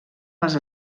les